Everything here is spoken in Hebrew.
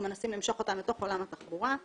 מנסים למשוך אותן לתוך עולם התחבורה.